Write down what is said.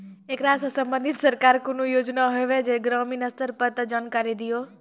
ऐकरा सऽ संबंधित सरकारक कूनू योजना होवे जे ग्रामीण स्तर पर ये तऽ जानकारी दियो?